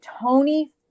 Tony